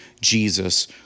Jesus